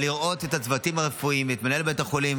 אבל לראות את הצוותים הרפואיים ואת מנהל בית החולים,